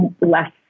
less